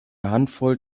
handvoll